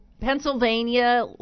Pennsylvania